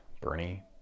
Bernie